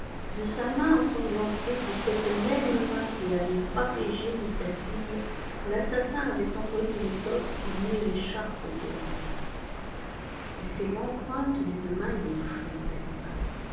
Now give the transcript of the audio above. de sa main ensanglantée de cette même main qui avait frappé jenny saphir l'assassin avait empoigné l'étoffe et noué l'écharpe autour du cou et c'est l'empreinte d'une main gauche nota lupin